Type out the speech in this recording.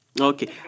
okay